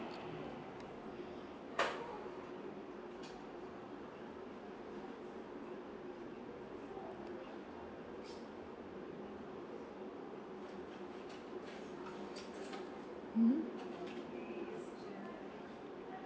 mmhmm